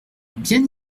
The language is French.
bien